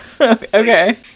Okay